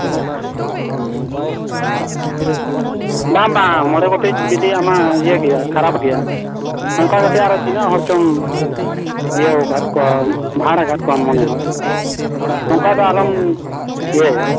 ᱵᱟᱝ ᱵᱟᱝ ᱢᱚᱬᱮ ᱜᱚᱴᱮᱡ ᱵᱚᱞᱚ ᱟᱢᱟᱜ ᱤᱭᱟᱹ ᱜᱮᱭᱟ ᱠᱷᱟᱨᱟᱯ ᱜᱮᱭᱟ ᱚᱱᱠᱟ ᱠᱟᱛᱮ ᱟᱨᱚ ᱛᱤᱱᱟᱹᱜ ᱦᱚᱲ ᱪᱚᱢ ᱤᱭᱟᱹᱣ ᱠᱟᱫ ᱠᱚᱣᱟᱢ ᱵᱷᱟᱬ ᱠᱟᱫ ᱠᱚᱣᱟᱢ ᱢᱚᱱᱮ ᱦᱚᱭ ᱱᱚᱝᱠᱟ ᱫᱚ ᱟᱞᱚᱢ ᱤᱭᱟᱹ ᱭᱟ